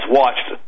watched